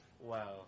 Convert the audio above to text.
Wow